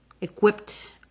equipped